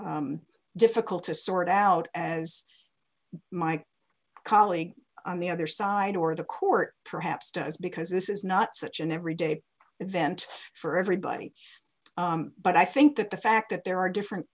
as difficult to sort out as my colleague on the other side or the court perhaps does because this is not such an every day event for everybody but i think that the fact that there are different